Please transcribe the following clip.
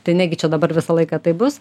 tai negi čia dabar visą laiką taip bus